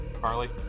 Carly